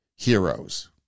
heroes